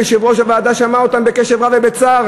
ויושב-ראש הוועדה שמע אותם בקשב רב ובצער